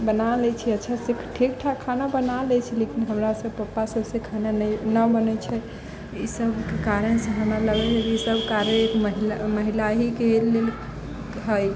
बना लै छै अच्छा से ठीक ठाक खाना बना लै छै लेकिन हमरा सभ पप्पा सभ से खेनाइ नहि न बने छै इसभके कारण से हमरा लगैया कि इसभ कार्य एक महिला महिला हीके लिए हइ